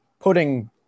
putting